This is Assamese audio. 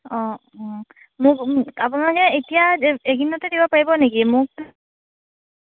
অঁ মোক আপোনালোকে এতিয়া এইকেইদিনতে দিব পাৰিব নেকি মোক